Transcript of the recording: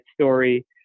story